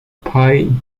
pye